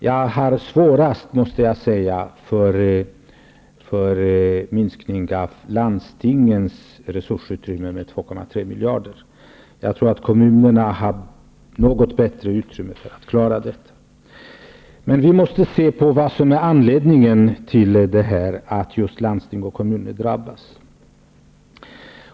Jag måste säga att jag har svårast för minskningen av landstingens resursutrymme med 2,3 miljarder. Jag tror att kommunerna har något bättre utrymme för att klara av neddragningarna. Vi måste se på vad som är anledningen till att just landsting och kommuner drabbas.